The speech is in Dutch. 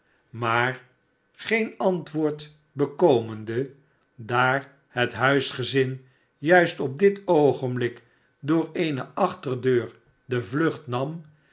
maar geen antwoord bekomende daar het huisgezin juist op dit oogenblik door eene achterdeur de vlucht nam